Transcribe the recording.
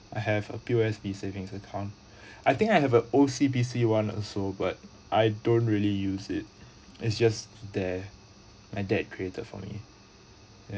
I have a P_O_S_B savings account I think I have a O_C_B_C one also but I don't really use it it's just that my dad created for me